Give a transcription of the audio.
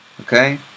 okay